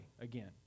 again